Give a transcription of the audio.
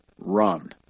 run